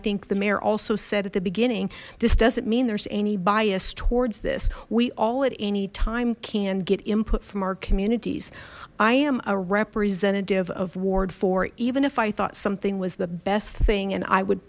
think the mayor also said at the beginning this doesn't mean there's any bias towards this we all at anytime can get input from our communities i am a representative of ward four even if i thought something was the best thing and i would